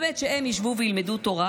שהם ישבו וילמדו תורה,